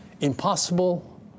Impossible